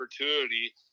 opportunity